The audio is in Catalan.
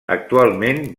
actualment